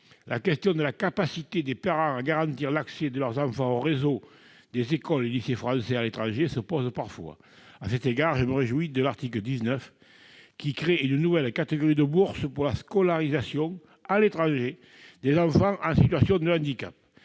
La question de la capacité des parents à garantir l'accès de leurs enfants au réseau des écoles et lycées français à l'étranger se pose parfois. Je salue à cet égard l'article 19, qui crée une nouvelle catégorie de bourses pour la scolarisation à l'étranger des enfants en situation de handicap.